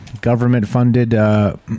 Government-funded